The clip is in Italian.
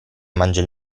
mangia